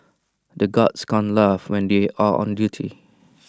the guards can't laugh when they are on duty